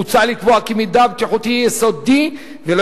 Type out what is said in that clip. מוצע לקבוע כי מידע בטיחותי יהיה סודי ולא